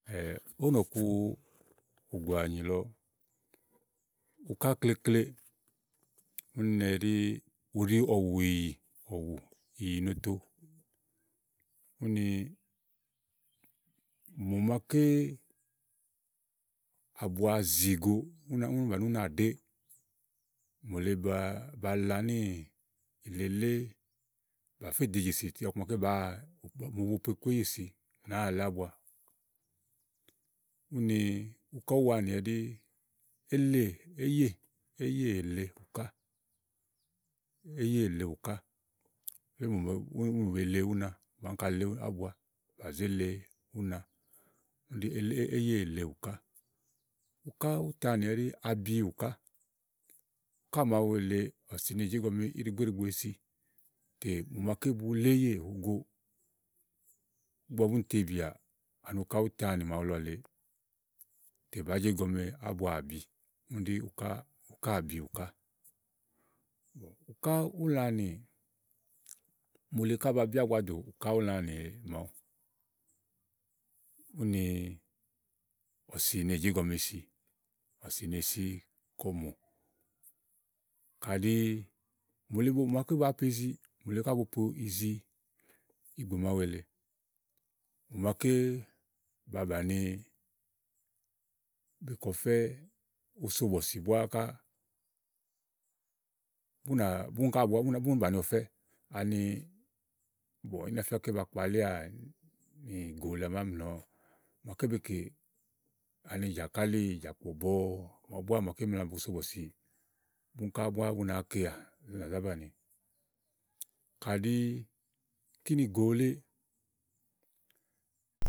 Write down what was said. ówò nɔ̀ku ògò ànyì lɔ, uká klekle úni ɛɖí uɖí ɔ̀wùìyì ɔ̀wù ìyì no to, úni úni mò màaké ábua zì go, úni bàni únàɖèé, mòole ba ba la níì lelé bà fé de jèsì ɔku maké bàáa bo fo po iku éyè si, bàáa le ábua úni uká uwaanì ɛɖí elè, éyèèle ùká, éyèèle ùká, úni mò be le úna, bàá áŋka le ábua, bà zéle úna ɖí éyèèle ùká. uká útããnì ɛɖí abi ùká uká màawu èle ɔ̀sì ne jèégɔme íɖigbo, íɖigbo esi tè mò màaké bu le éyè wú ògo, ígbɔ búni tebìà ani uká útããnì màawu lɔ lèe tè bàá jégɔme ábua ábi úni ɖí uká ukáà bi ùkà. uká úlãnì, mòole ká ba bi ábua dò ukà ulãnì èle mɔ úni ɔ̀sì ne jèégɔme esi, ɔ̀sì ne si kɔ mò, kàɖi mòole màaké ba pi izi mòole ká bo po izi ìgbè màawu èle mò màaké bàa bàni be kè ɔfɛ́, oso bɔ̀sì búá ká, bú nà búni ká búni bani ɔfɛ̀ ani, íná fía ígbɔké ba kpalíà ìgò lèe à màáa mì nɔɔ̀. mò màaké be kè ani jàkálì, jàkpɔ̀ bɔ búá màaké mla bo so bɔ̀sì búni ká búá bú nàá keà bú nà zá banìi. Kàɖi kínì gòo wulé.